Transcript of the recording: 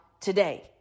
today